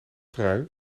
trui